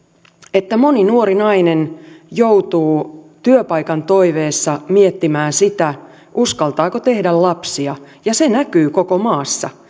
että moni nuori nainen joutuu työpaikan toiveessa miettimään sitä uskaltaako tehdä lapsia ja se näkyy koko maassa